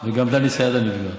וגם דני סידה נפגע.